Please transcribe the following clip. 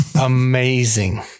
amazing